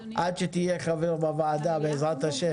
עד שתהיה חבר בוועדה בעזרת ה'.